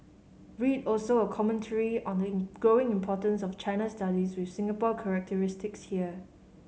read also a commentary on the growing importance of China studies with Singapore characteristics here